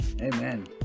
Amen